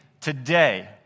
today